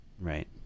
Right